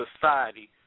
society